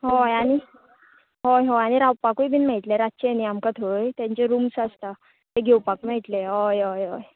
हय आनी हय हय रावपाकूंय मेळटले रातचे न्हय थंय आनी तांचे रूम आसा ते घेवपाक मेळटले